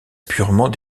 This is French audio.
purement